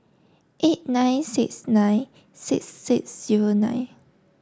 eight nine six nine six six zero nine